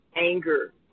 anger